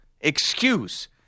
excuse